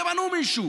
תמנו מישהו